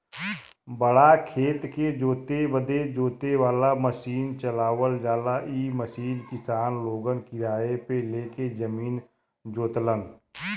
बड़ा खेत के जोते बदे जोते वाला मसीन चलावल जाला इ मसीन किसान लोगन किराए पे ले के जमीन जोतलन